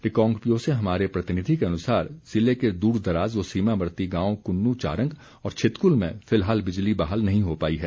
रिकांगपिओ से हमारे प्रतिनिधि के अनुसार ज़िले के दूरदराज़ व सीमावर्ती गांव कुन्नू चारंग और छितकुल में फिलहाल बिजली बहाल नहीं हो पाई है